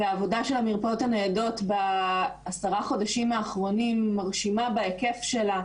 העבודה של המרפאות הניידות בעשרת החודשים האחרונים מרשימה בהיקף שלה,